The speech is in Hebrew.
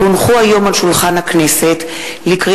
כי הונחו היום על שולחן הכנסת,